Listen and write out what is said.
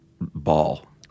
ball